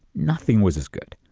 nothing was as good.